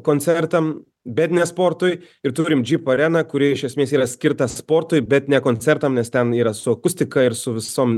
koncertam bet ne sportui ir turime džip areną kuri iš esmės yra skirta sportui bet ne koncertam nes ten yra su akustika ir su visom